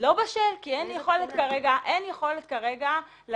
לא בשל כי אין יכולת כרגע לדון